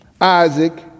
Isaac